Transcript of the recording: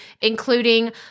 including